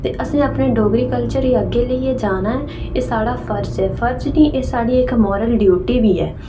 असें अपनी डोगरी कल्चर गी अग्गें लेइयै औना ऐ साढ़ा फर्ज ऐ साढ़ा फर्ज नेई साढ़ी इक मोरल ड्यूटी बी ऐ